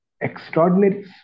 extraordinary